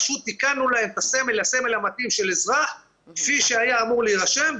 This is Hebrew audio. פשוט תיקנו להם את הסמל לסמל המתאים של אזרח כפי שהיה אמור להירשם,